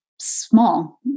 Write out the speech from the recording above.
small